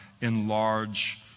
enlarge